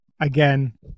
again